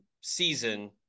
season